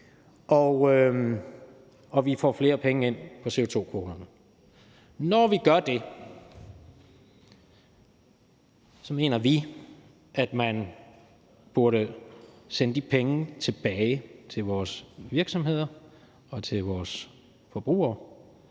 og vi får flere penge ind på CO2-kvoterne. Når vi gør det, mener vi i KD at man burde sende de penge tilbage til vores virksomheder og til vores forbrugere,